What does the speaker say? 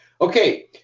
Okay